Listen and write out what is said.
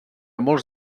molts